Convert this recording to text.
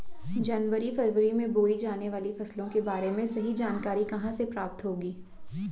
जनवरी फरवरी में बोई जाने वाली फसलों के बारे में सही जानकारी कहाँ से प्राप्त होगी?